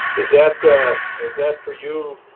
is that is that for you,